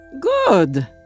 Good